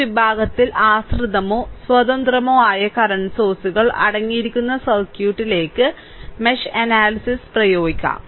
ഈ വിഭാഗത്തിൽ ആശ്രിതമോ സ്വതന്ത്രമോ ആയ കറന്റ് സോഴ്സുകൾ അടങ്ങിയിരിക്കുന്ന സർക്യൂട്ടിലേക്ക് മെഷ് അനാലിസിസ് പ്രയോഗിക്കും